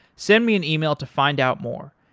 send me an email to find out more,